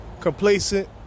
complacent